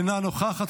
אינה נוכחת,